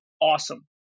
awesome